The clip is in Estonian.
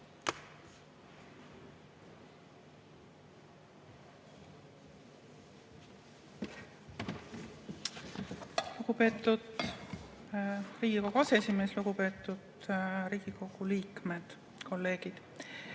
Lugupeetud Riigikogu aseesimees! Lugupeetud Riigikogu liikmed, kolleegid!